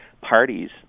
parties